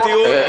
הבנו את הטיעון.